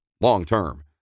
long-term